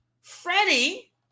Freddie